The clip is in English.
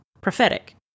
prophetic